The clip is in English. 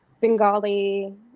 Bengali